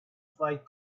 fight